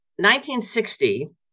1960